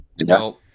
No